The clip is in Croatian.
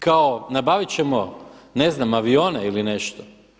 Kao nabavit ćemo ne znam avione ili nešto.